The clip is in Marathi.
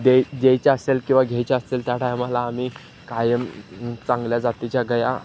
दे द्यायच्या असेल किंवा घ्यायच्या असेल त्या टायमाला आम्ही कायम चांगल्या जातीच्या गाई